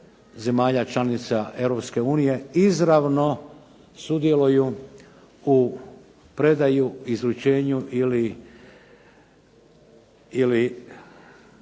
zemalja članica Europske unije izravno sudjeluju u predaji, izručenju ili